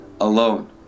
alone